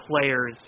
players